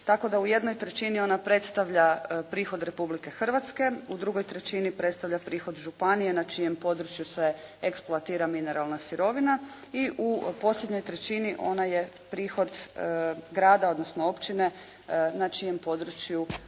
tako da u jednoj trećini ona predstavlja prihod Republike Hrvatske, u drugoj trećini predstavlja prihod županije na čijem području se eksploatira mineralna sirovina i u posljednjoj trećini ona je prihod grada, odnosno općine na čijem području